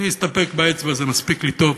אני אסתפק באצבע, זה מספיק טוב,